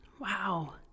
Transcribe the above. Wow